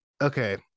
okay